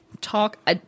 talk